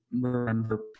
remember